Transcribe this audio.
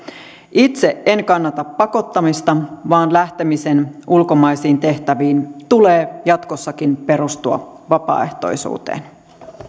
itse en kannata pakottamista vaan lähtemisen ulkomaisiin tehtäviin tulee jatkossakin perustua vapaaehtoisuuteen